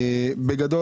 בגדול,